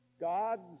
God's